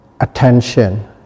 attention